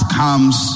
comes